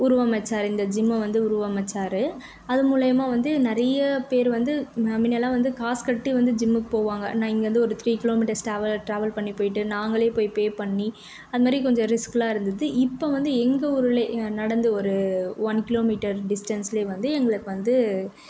உருவமைச்சாரு இந்த ஜிம்மை வந்து உருவமைச்சாரு அது மூலிமா வந்து நிறைய பேரு வந்து ந முன்னெல்லாம் வந்து காசு கட்டி வந்து ஜிம்முக்கு போவாங்க நான் இங்கேருந்து ஒரு three kilometres travel travel பண்ணி போயிட்டு நாங்களே போய் பே பண்ணி அது மாதிரி கொஞ்சம் ரிஸ்க்குலாம் இருந்தது இப்போ வந்து எங்கள் ஊர்லேயே நடந்து ஒரு ஒன் கிலோ மீட்டர் டிஸ்டெண்ட்ஸ்லேயே வந்து எங்களுக்கு வந்து